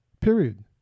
period